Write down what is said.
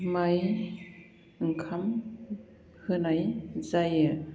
माइ ओंखाम होनाय जायो